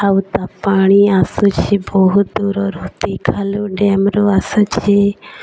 ଆଉ ତା ପାଣି ଆସୁଛି ବହୁତ ଦୂରରୁ ଡ଼୍ୟାମ୍ରୁ ଆସୁଛି